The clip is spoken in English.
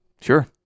Sure